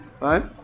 right